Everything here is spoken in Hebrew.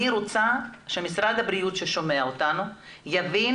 אני רוצה שמשרד הבריאות ששומע אותנו יבין